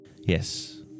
Yes